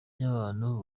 ry’abantu